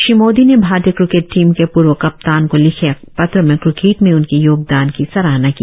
श्री मोदी ने भारतीय cricket team के पूर्व कप्तान को लिखे एक पत्र में क्रिकेट में उनके योगदान की सराहना की